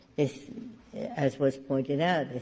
this as was pointed out.